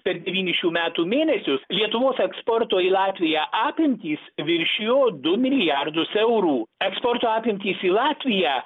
per devynis šių metų mėnesius lietuvos eksporto į latviją apimtys viršijo du milijardus eurų eksporto apimtys į latviją